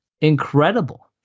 incredible